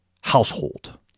household